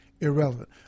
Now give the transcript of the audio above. irrelevant